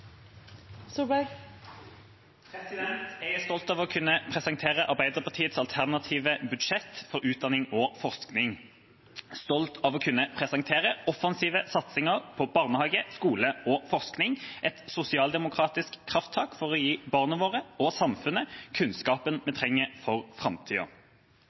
forskning, stolt av å kunne presentere offensive satsinger på barnehage, skole og forskning, et sosialdemokratisk krafttak for å gi barna våre og samfunnet kunnskapen vi trenger for framtida.